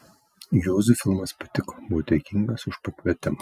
juozui filmas patiko buvo dėkingas už pakvietimą